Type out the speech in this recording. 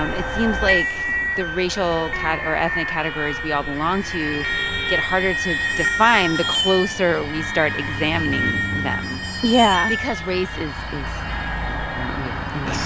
um it seems like the racial kind of or ethnic categories we all belong to get harder to define the closer we start examining them. yeah. because race is is not real and